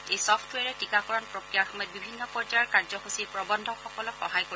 এই ছফটৱেৰে টিকাকৰণ প্ৰক্ৰিয়াৰ সময়ত বিভিন্ন পৰ্যায়ৰ কাৰ্যসূচী প্ৰৱন্ধকসকলক সহায় কৰিব